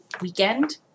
weekend